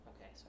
Okay